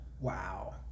Wow